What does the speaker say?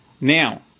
Now